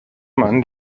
man